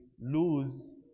lose